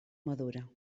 madura